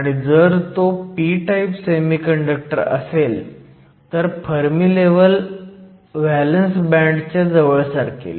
आणि जर तो p टाईप सेमीकंडक्टर असेल तर फर्मी लेव्हल व्हॅलंस बँडच्या जवळ सरकेल